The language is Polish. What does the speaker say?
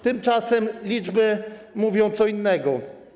Tymczasem liczby mówią co innego.